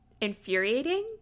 infuriating